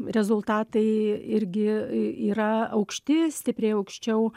rezultatai irgi yra aukšti stipriai aukščiau